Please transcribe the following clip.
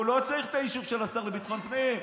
הוא לא צריך את האישור של השר לביטחון הפנים.